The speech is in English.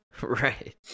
Right